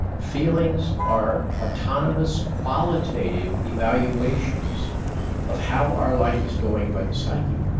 feelings are autonomous qualitative evaluations of how our life is going by the psyche.